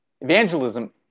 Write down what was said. Evangelism